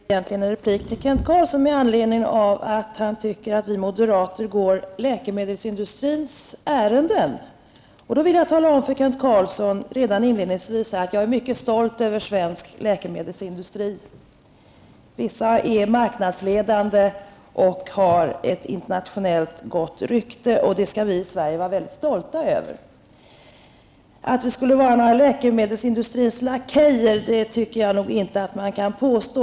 Herr talman! Det här är egentligen en replik till Kent Carlsson med anledning av att han tycker att vi moderater går läkemedelsindustrins ärenden. Jag vill då redan inledningsvis tala om för Kent Carlsson att jag är mycket stolt över svensk läkemedelsindustri. Vissa företag är marknadsledande och har internationellt gott rykte, och det skall vi i Sverige vara stolta över. Att vi skulle vara några läkemedelsindustrins lakejer tycker jag inte att man kan påstå.